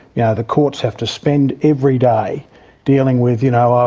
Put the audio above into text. you know, the courts have to spend every day dealing with, you know,